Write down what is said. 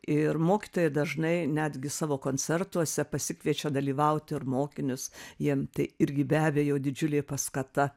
ir mokytojai dažnai netgi savo koncertuose pasikviečia dalyvauti ir mokinius jiem tai irgi be abejo didžiulė paskata